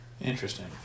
Interesting